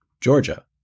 Georgia